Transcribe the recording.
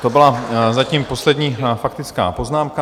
To byla zatím poslední faktická poznámka.